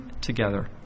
together